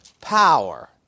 power